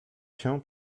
się